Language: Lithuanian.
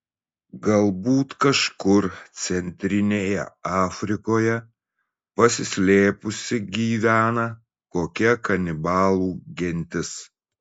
galbūt kažkur centrinėje afrikoje pasislėpusi gyvena kokia kanibalų gentis